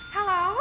Hello